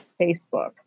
Facebook